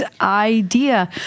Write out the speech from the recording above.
idea